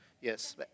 Yes